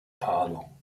palo